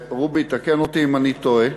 רובי, תקן אותי אם אני טועה,